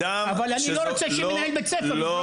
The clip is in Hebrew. אבל אני לא רוצה שמנהל בית ספר יזרוק אבנים.